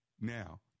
Now